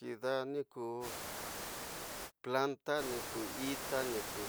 Ndida niku planta, niku ita niku,